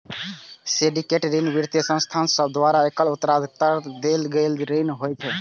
syndicate ऋण वित्तीय संस्थान सभ द्वारा एकल उधारकर्ता के देल गेल ऋण होइ छै